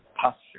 posture